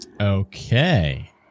Okay